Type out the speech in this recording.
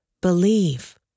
Believe